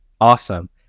Awesome